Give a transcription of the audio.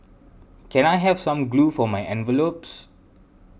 can I have some glue for my envelopes